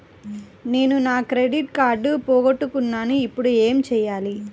నేను నా క్రెడిట్ కార్డును పోగొట్టుకున్నాను ఇపుడు ఏం చేయాలి?